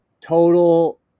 total